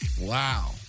Wow